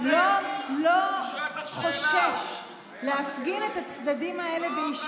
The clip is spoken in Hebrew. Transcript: אני שואל אותך שאלה, שהאבא והאימא יהיה בבית?